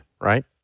right